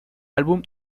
álbum